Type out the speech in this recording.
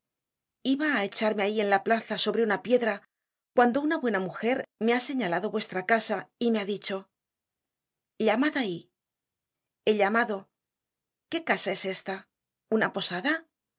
iba á echarme ahí en la plaza sobre una piedra cuando una buena mujer me ha señalado vuestra casa y me ha dicho llamad ahí he llamado qué casa es esta una posada